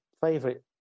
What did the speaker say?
favorite